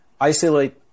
isolate